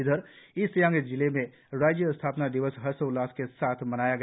उधर ईस्ट सियांग जिले में राज्य स्थापना दिवस हर्षोल्लास के साथ मनाया गया